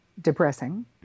depressing